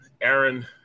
Aaron